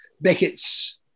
Beckett's